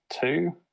two